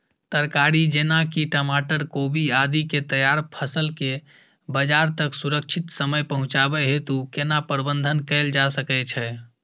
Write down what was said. तरकारी जेना की टमाटर, कोबी आदि के तैयार फसल के बाजार तक सुरक्षित समय पहुँचाबै हेतु केना प्रबंधन कैल जा सकै छै?